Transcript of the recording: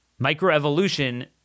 Microevolution